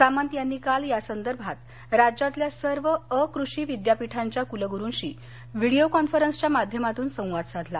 सामंत यांनी काल यासंदर्भात राज्यातल्या सर्व अकृषी विद्यापीठांच्या कुलगुरूंशी व्हिडिओ कॉन्फरन्सच्या माध्यमातून संवाद साधला